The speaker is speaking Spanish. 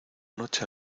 noche